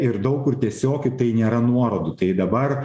ir daug kur tiesiog į tai nėra nuorodų tai dabar